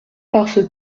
parce